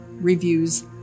reviews